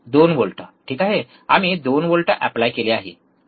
2 volt ठीक आहे आम्ही 2 व्होल्ट ऎप्लाय केले ठीक आहे